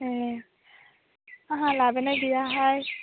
ए आंहा लाबोनाय गैयाहाय